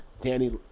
Danny